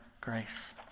grace